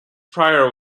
pryor